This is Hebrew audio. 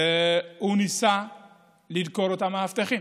והוא ניסה לדקור את המאבטחים.